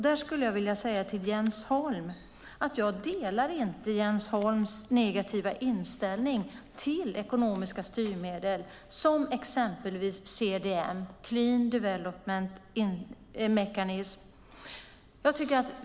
Där skulle jag till Jens Holm vilja säga att jag inte delar hans negativa inställning till ekonomiska styrmedel, exempelvis CDM, clean development mechanism.